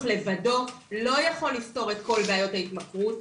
לבדו לא יכול לפתור את כל בעיות ההתמכרות.